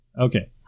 Okay